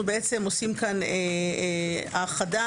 אנו עושים פה האחדה,